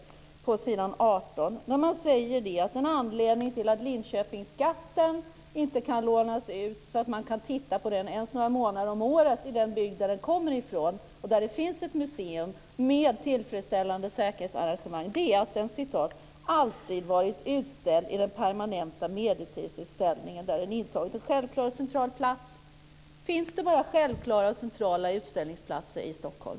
Det framhålls där att en anledning till att den s.k. Linköpingsskatten inte kan lånas ut, så att man kan titta på den ens några månader om året i den bygd som den kommer ifrån och som har ett museum med tillfredsställande säkerhetsarrangemang, är att den "alltid varit utställd i den permanentea medeltidsutställningen, där den intagit en självklar och central plats". Finns det självklara och centrala utställningsplatser bara i Stockholm?